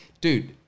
dude